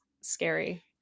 scary